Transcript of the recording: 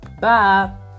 Bye